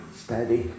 steady